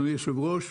אדוני היושב-ראש,